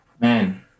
Man